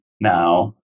now